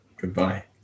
goodbye